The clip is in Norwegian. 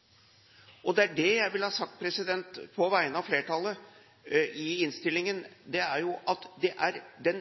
som protesterer på. Det jeg på vegne av flertallet vil ha sagt i innstillingen, er at det er den